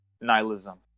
nihilism